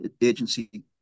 Agency